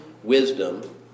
wisdom